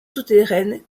souterraines